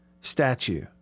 statue